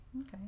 Okay